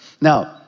Now